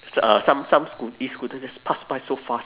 so~ uh some some scoot~ E scooter just pass by so fast